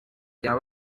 rya